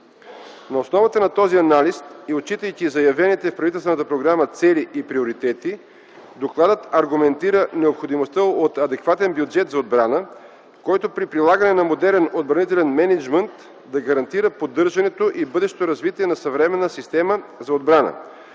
На основата на този анализ и отчитайки заявените в правителствената програма цели и приоритети, докладът аргументира необходимостта от адекватен бюджет за отбрана, който при прилагане на модерен отбранителен мениджмънт да гарантира поддържането и бъдещето развитие на съвременната система за отбрана,